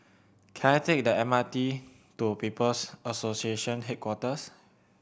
can I take the M R T to People's Association Headquarters